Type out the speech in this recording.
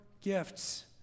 gifts